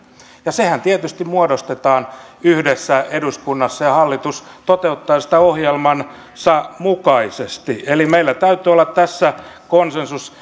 ja sehän tietysti muodostetaan yhdessä eduskunnassa ja hallitus toteuttaa sitä ohjelmansa mukaisesti eli meillä täytyy olla tässä konsensus